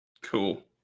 Cool